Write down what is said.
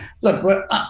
look